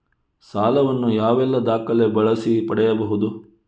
ಸಾಲ ವನ್ನು ಯಾವೆಲ್ಲ ದಾಖಲೆ ಬಳಸಿ ಪಡೆಯಬಹುದು?